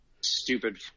stupid